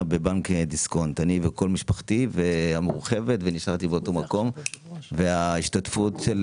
וכל משפחתי המורחבת, וההשתתפות של